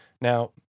Now